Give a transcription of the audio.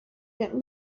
that